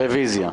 רוויזיה.